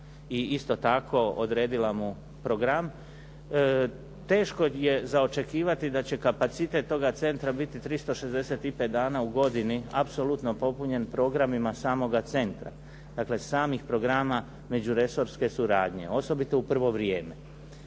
i isto tako odredila mu program. Teško je za očekivati da će kapacitet toga centra biti 365 dana u godini apsolutno popunjen programima samoga centra, dakle samih programa međuresorske suradnje osobito u prvo vrijeme.